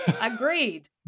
Agreed